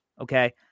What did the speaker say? Okay